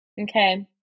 okay